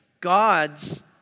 God's